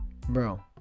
Bro